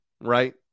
right